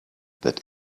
that